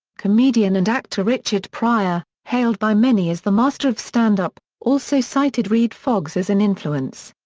comedian and actor richard pryor, hailed by many as the master of stand-up, also cited redd foxx as an influence.